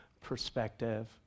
perspective